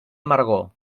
amargor